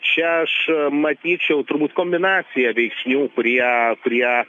čia aš matyčiau turbūt kombinaciją veiksnių kurie kurie